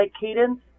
cadence